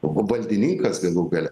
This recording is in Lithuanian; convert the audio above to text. valdininkas galų gale